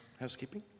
housekeeping